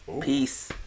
Peace